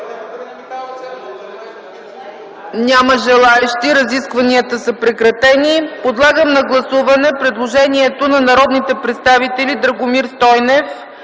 Няма желаещи. Разискванията са прекратени. Подлагам на гласуване предложението на народните представители Драгомир Стойнев,